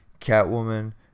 Catwoman